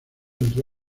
entre